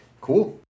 Cool